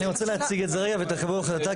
אני רוצה להציג את זה רגע ותקבלו החלטה,